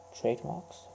trademarks